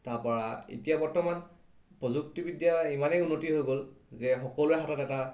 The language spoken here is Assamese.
তাৰপৰা এতিয়া বৰ্তমান প্ৰযুক্তিবিদ্যা ইমানেই উন্নতি হৈ গ'ল যে সকলোৰে হাতত এটা